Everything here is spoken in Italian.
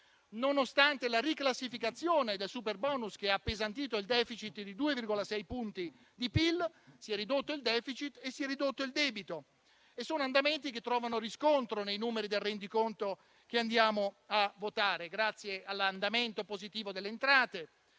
nonostante la riclassificazione del superbonus che ha appesantito il *deficit* di 2,6 punti di PIL, si sono ridotti il *deficit* e il debito. Sono andamenti che trovano riscontro nei numeri del rendiconto che andiamo a votare. Ciò è avvenuto grazie all'andamento positivo delle entrate,